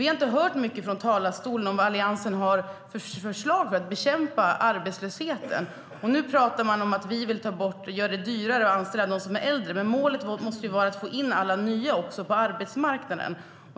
Vi har inte hört mycket från talarstolen om vad Alliansen har för förslag för att bekämpa arbetslösheten. Nu talar man om att vi vill göra det dyrare att anställa dem som är äldre. Men målet måste vara att få in också alla nya på arbetsmarknaden.